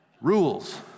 Rules